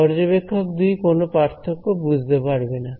পর্যবেক্ষক 2 কোন পার্থক্য বুঝতে পারবে না